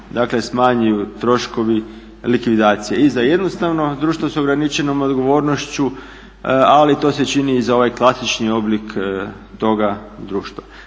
dakle smanjuju troškovi likvidacije i za jednostavno društvo sa ograničenom odgovornošću ali to se čini i za ovaj klasični oblik toga društva.